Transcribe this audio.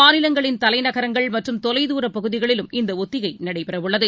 மாநிலங்களின் தலைநகரங்கள் மற்றும் தொலைதாரபகுதிகளிலும் இந்தஒத்திகைநடைபெறவுள்ளது